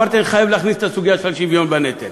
אמרתי שאני חייב להכניס את הסוגיה של השוויון בנטל.